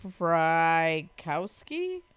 Frykowski